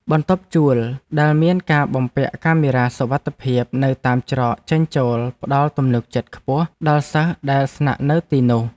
បន្ទប់ជួលដែលមានការបំពាក់កាមេរ៉ាសុវត្ថិភាពនៅតាមច្រកចេញចូលផ្តល់ទំនុកចិត្តខ្ពស់ដល់សិស្សដែលស្នាក់នៅទីនោះ។